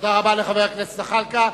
תודה רבה לחבר הכנסת זחאלקה.